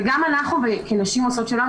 וגם אנחנו בנשים עושות שלום,